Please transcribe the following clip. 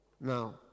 Now